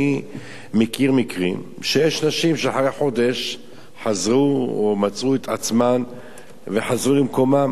אני מכיר מקרים של נשים שאחרי חודש חזרו ומצאו עצמן וחזרו למקומן,